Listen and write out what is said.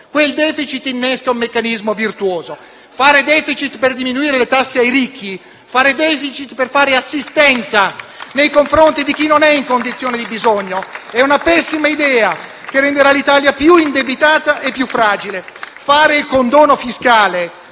quel *deficit* innesca un meccanismo virtuoso. Fare *deficit* per diminuire le tasse ai ricchi, fare *deficit* per fare assistenza nei confronti di chi non è in condizione di bisogno è una pessima idea che renderà l'Italia più indebitata e più fragile *(Applausi dal